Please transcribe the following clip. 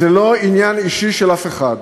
זה לא עניין אישי של אף אחד.